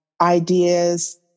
ideas